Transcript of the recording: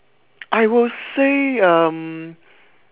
I will say um